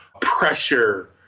pressure